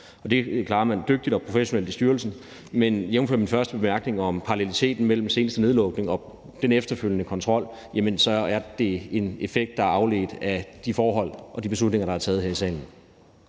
Det klarer man dygtigt og professionelt i styrelsen, men jævnfør min første bemærkning om paralleliteten mellem den seneste nedlukning og den efterfølgende kontrol, er det en effekt, der er afledt af de forhold og af de beslutninger, der er taget her i salen.